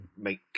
make